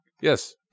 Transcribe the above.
Yes